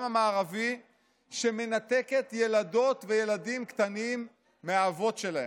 המערבי שמנתקת ילדות וילדים קטנים מהאבות שלהם?